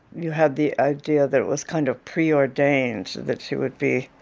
you had the idea that it was kind of preordained that she would be